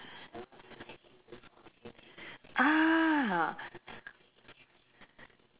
ah